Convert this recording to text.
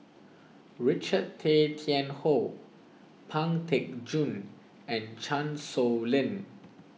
Richard Tay Tian Hoe Pang Teck Joon and Chan Sow Lin